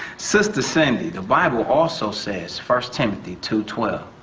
sister cindy, the bible also says first timothy two twelve,